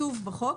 כתוב בחוק.